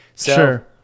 Sure